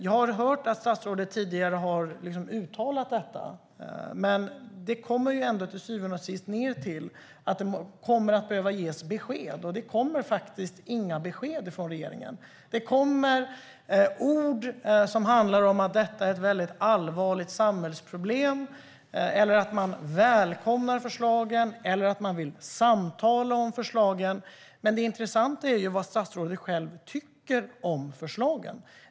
Jag har hört att statsrådet tidigare har uttalat detta, men till syvende och sist kommer det att koka ned till att det behövs besked, och det kommer inga besked från regeringen. Det kommer ord som handlar om att detta är ett väldigt allvarligt samhällsproblem, om att man välkomnar förslagen eller om att man vill samtala om förslagen. Men det intressanta är ju vad statsrådet själv tycker om förslagen.